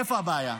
איפה הבעיה?